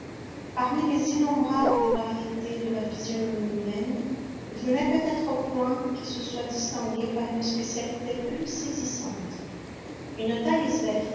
parmi les innombrables variétés de la physionomie humaine il n'en est peut-être point qui se soit distinguée par une spécialité plus saisissante une taille